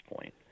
point